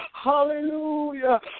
Hallelujah